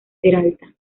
peralta